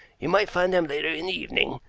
you might find them later in the evening.